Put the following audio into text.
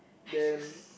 then